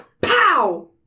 pow